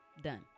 Done